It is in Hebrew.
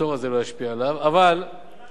אבל, נראה לי שיש לנו רוב כדי להצביע.